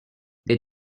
they